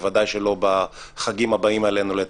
בוודאי שלא בחגים הבאים עלינו לטובה.